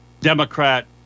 Democrat